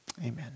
amen